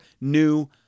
new